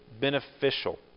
beneficial